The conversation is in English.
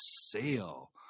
sale